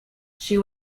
she